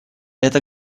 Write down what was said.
это